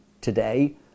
today